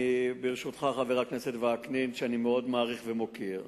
ברשותך, חבר הכנסת וקנין, שאני מאוד מעריך ומוקיר,